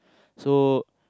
so